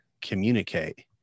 communicate